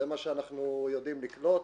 זה מה שאנחנו יודעים לקלוט.